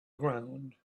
ground